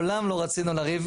אנחנו מעולם לא רצינו לריב,